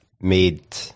made